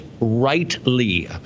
rightly